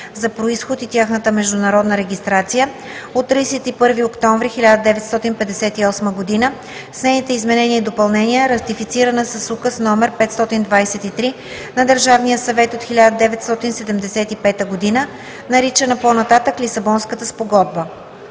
за произход и тяхната международна регистрация от 31 октомври 1958 г., с нейните изменения и допълнения, ратифицирана с Указ № 523 на Държавния съвет от 1975 г. (ДВ, бр. 24 от 1975 г.), наричана по-нататък „Лисабонската спогодба“.“